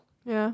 ya